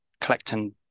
collecting